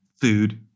food